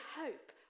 hope